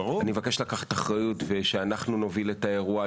אני מבקש לקחת אחריות ושאנחנו נוביל את האירוע.